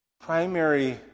primary